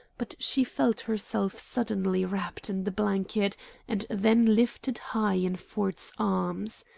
but she felt herself suddenly wrapped in the blanket and then lifted high in ford's arms.